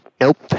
Nope